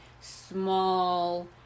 small